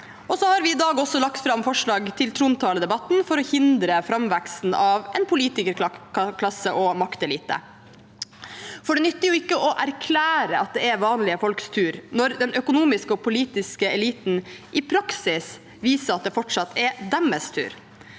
i dag også fram forslag for å hindre framveksten av en politikerklasse og maktelite. For det nytter ikke å erklære at det er vanlige folks tur, når den økonomiske og politiske eliten i praksis viser at det fortsatt er deres tur.